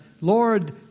Lord